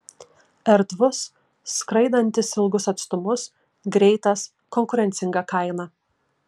erdvus skraidantis ilgus atstumus greitas konkurencinga kaina